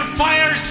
fire